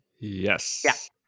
Yes